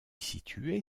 situé